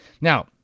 Now